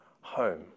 home